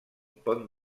pont